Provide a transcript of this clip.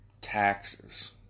taxes